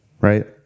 Right